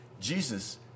Jesus